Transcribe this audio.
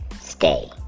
stay